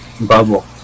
bubble